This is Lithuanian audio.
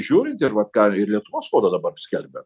žiūrint ir vat ką ir lietuvos spauda dabar skelbia